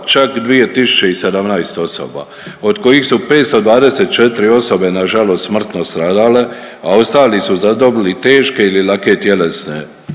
čak 2017 osoba od kojih su 524 osobe nažalost smrtno stradale, a ostali su zadobili teške ili lake tjelesne